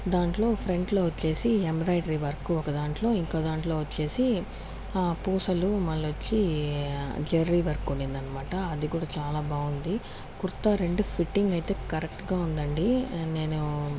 దాంట్లో ఫ్రంట్లో వచ్చేసి ఎంబ్రాయిడరీ వర్క్ ఒకదాంట్లో ఇంకో దాంట్లో వచ్చేసి పూసలు మలొచ్చి జెర్రీ వర్క్ ఉన్నిందన్నామాట అది కూడా చాలా బాగుంది కుర్తా రెండు ఫిట్టింగ్ అయితే కరెక్ట్గా ఉందండి నేను